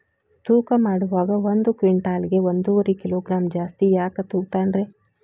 ತೂಕಮಾಡುವಾಗ ಒಂದು ಕ್ವಿಂಟಾಲ್ ಗೆ ಒಂದುವರಿ ಕಿಲೋಗ್ರಾಂ ಜಾಸ್ತಿ ಯಾಕ ತೂಗ್ತಾನ ರೇ?